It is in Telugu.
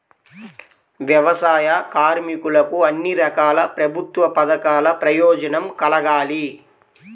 వ్యవసాయ కార్మికులకు అన్ని రకాల ప్రభుత్వ పథకాల ప్రయోజనం కలగాలి